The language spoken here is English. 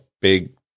big